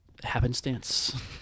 happenstance